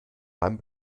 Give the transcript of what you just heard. beim